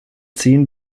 zehn